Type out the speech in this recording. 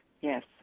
Yes